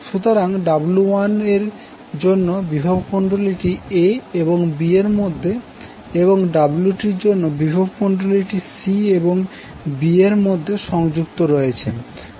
সুতরাং W1 এর জন্য বিভব কুণ্ডলীটি a এবং b এর মধ্যে এবং W2 এর জন্য বিভব কুণ্ডলীটি c এবং b এর মধ্যে সংযুক্ত রয়েছে